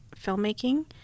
filmmaking